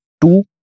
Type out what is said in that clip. two